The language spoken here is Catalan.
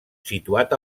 situat